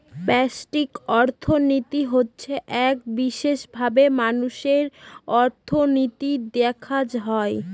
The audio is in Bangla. ব্যষ্টিক অর্থনীতি হচ্ছে এক বিশেষভাবে মানুষের অর্থনীতি দেখা হয়